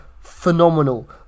phenomenal